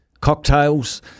cocktails